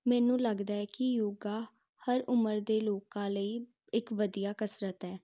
ਮੈਨੂੰ ਲੱਗਦਾ ਹੈ ਕਿ ਯੋਗਾ ਹਰ ਉਮਰ ਦੇ ਲੋਕਾਂ ਲਈ ਇੱਕ ਵਧੀਆ ਕਸਰਤ ਹੈ